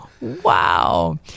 Wow